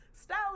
style